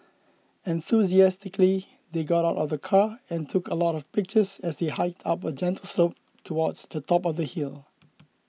enthusiastically they got out of the car and took a lot of pictures as they hiked up a gentle slope towards the top of the hill